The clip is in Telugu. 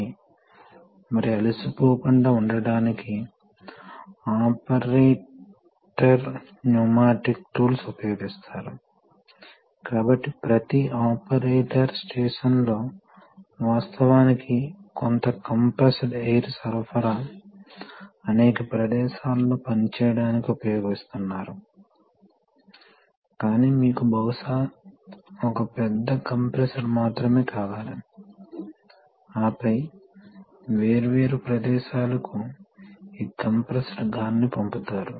కాబట్టి ఇక్కడ ప్రెషర్ కూడా పెరుగుతుంది ఈ విధంగా కొంత సమయంలో ఇక్కడ ప్రెషర్ చాలా ఎక్కువగా ఉంటుంది అది ఈ పాప్పెట్ ను ఈ దిశగా నెట్టివేస్తుంది మరియు లీకేజ్ ప్రవాహం ఉంటుంది ఇది వాస్తవానికి హాలో మీరు వీటిని చుక్కల గీతలను చూడండి ఇది హాలో గా ఉందని మరియు ఓపెనింగ్ ఉందని సూచిస్తుంది కాబట్టి ద్రవం ఈ హాలో గుండా ప్రవహిస్తుంది మరియు అది ట్యాంకుకు ప్రవహిస్తుంది